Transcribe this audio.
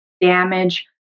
damage